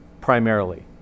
Primarily